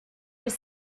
des